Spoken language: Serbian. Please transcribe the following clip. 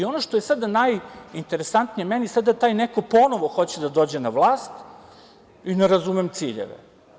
Ono što je sada najinteresantnije meni sada taj neko ponovo hoće da dođe na vlast i ne razumem ciljeve.